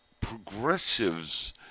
progressives